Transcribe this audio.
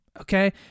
okay